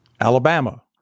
Alabama